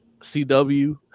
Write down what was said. CW